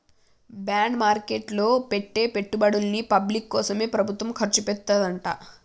bond market లో పెట్టే పెట్టుబడుల్ని పబ్లిక్ కోసమే ప్రభుత్వం ఖర్చుచేత్తదంట